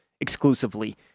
exclusively